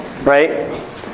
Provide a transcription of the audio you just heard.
Right